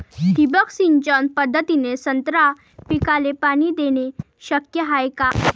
ठिबक सिंचन पद्धतीने संत्रा पिकाले पाणी देणे शक्य हाये का?